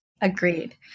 Agreed